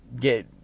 get